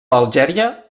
algèria